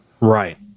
Right